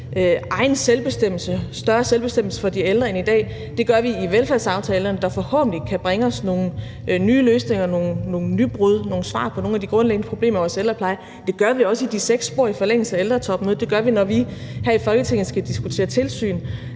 egen selvbestemmelse, større selvbestemmelse for de ældre end i dag. Det gør vi i velfærdsaftalerne, der forhåbentlig kan bringe os nogle nye løsninger, nogle nybrud, nogle svar på nogle af de grundlæggende problemer i vores ældrepleje. Det gør vi også i de seks spor i forlængelse af ældretopmødet. Det gør vi, når vi her i Folketinget skal diskutere tilsyn.